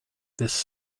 this